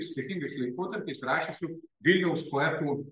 skirtingais laikotarpiais rašiusių viliaus poetų